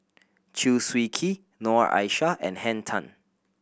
Chew Swee Kee Noor Aishah and Henn Tan